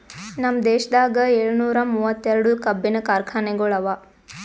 ನಮ್ ದೇಶದಾಗ್ ಏಳನೂರ ಮೂವತ್ತೆರಡು ಕಬ್ಬಿನ ಕಾರ್ಖಾನೆಗೊಳ್ ಅವಾ